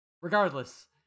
Regardless